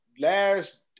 Last